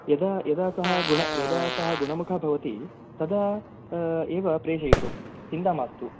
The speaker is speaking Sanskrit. यदा यदा सः गुण यदा सः गुणमुखः भवति तदा एव प्रेषयतु चिन्ता मास्तु